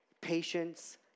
patience